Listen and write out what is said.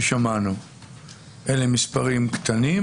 אלה מספרים קטנים?